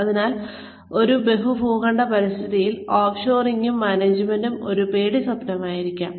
അതിനാൽ ഒരു ബഹുഭൂഖണ്ഡ പരിതസ്ഥിതിയിൽ ഓഫ് ഷോറിംഗും മാനേജ്മെന്റും ഒരു പേടിസ്വപ്നമായിരിക്കും